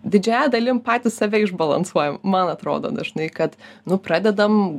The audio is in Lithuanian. didžiąja dalim patys save išbalansuojam man atrodo dažnai kad nu pradedam